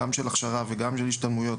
גם של הכשרה וגם של השתלמויות,